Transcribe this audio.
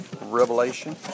Revelation